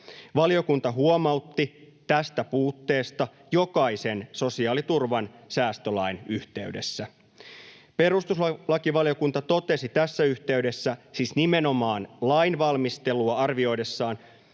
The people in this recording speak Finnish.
Valiokunta huomautti tästä puutteesta jokaisen sosiaaliturvan säästölain yhteydessä. Perustuslakivaliokunta totesi tässä yhteydessä siis nimenomaan lainvalmistelua arvioidessaan,